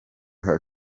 her